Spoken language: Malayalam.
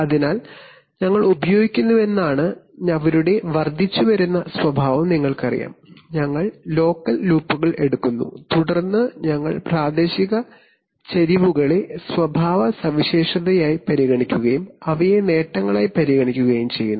അതിനർത്ഥം ഞങ്ങൾ ഉപയോഗിക്കുന്നുവെന്നാണ് അവരുടെ വർദ്ധിച്ചുവരുന്ന സ്വഭാവം നിങ്ങൾക്കറിയാം ഞങ്ങൾ ലോക്കൽ ലൂപ്പുകൾ എടുക്കുന്നു തുടർന്ന് ഞങ്ങൾ പ്രാദേശിക ചരിവുകളെ സ്വഭാവ സവിശേഷതയായി പരിഗണിക്കുകയും അവയെ നേട്ടങ്ങളായി പരിഗണിക്കുകയും ചെയ്യുന്നു